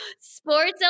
Sports